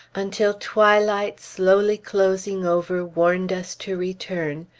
until twilight, slowly closing over, warned us to return,